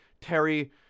Terry